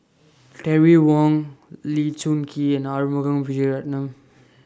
Terry Wong Lee Choon Kee and Arumugam Vijiaratnam